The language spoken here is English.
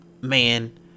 man